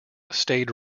stayed